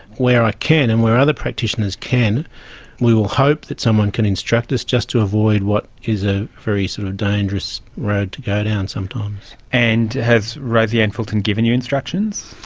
where i can and where other practitioners can we will hope that someone can instruct us just to avoid what is a very sort of dangerous road to go down sometimes. and has rosie anne fulton given you instructions?